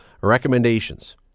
recommendations